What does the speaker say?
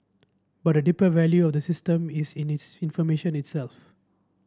but the deeper value of the system is in needs information itself